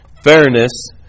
Fairness